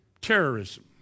Terrorism